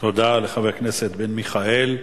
תודה לחבר הכנסת מיכאל בן-ארי.